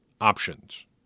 options